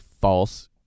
false